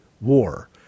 war